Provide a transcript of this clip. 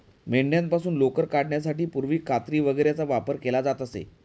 मेंढ्यांपासून लोकर काढण्यासाठी पूर्वी कात्री वगैरेचा वापर केला जात असे